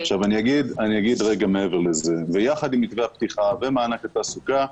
אגיד מעבר לזה: ביחד עם מתווה הפתיחה ומענק התעסוקה,